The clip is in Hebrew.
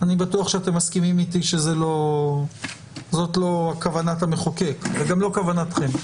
אני בטוח שאתם מסכימים איתי שזאת לא כוונת המחוקק וגם לא כוונתכם.